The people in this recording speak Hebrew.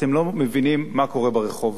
אתם לא מבינים מה קורה ברחוב.